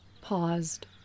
paused